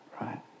right